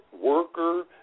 worker